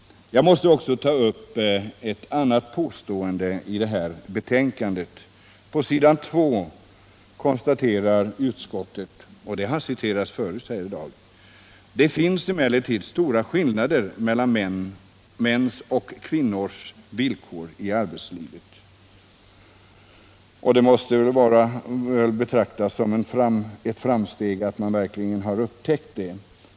Jag måste också ta upp ett annat påstående — och det har citerats förut i dag — i det här betänkandet. På s. 2 konstaterar utskottet: ”Det finns emellertid stora skillnader mellan mäns och kvinnors villkor i arbetslivet.” Det måste väl betraktas som ett framsteg att man verkligen har upptäckt det.